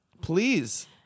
Please